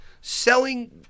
Selling